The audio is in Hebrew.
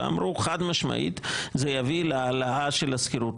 ואמרו: חד-משמעית זה יביא להעלאה של השכירות.